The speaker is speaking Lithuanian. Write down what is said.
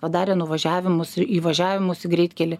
padarė nuvažiavimus ir įvažiavimus į greitkelį